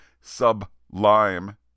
sublime